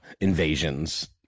invasions